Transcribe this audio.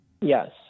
Yes